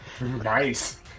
Nice